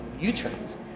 U-turns